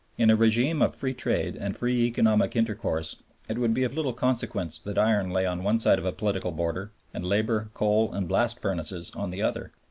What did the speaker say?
in a regime of free trade and free economic intercourse it would be of little consequence that iron lay on one side of a political frontier, ah and labor, coal, and blast furnaces on the other.